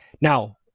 Now